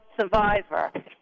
survivor